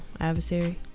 adversary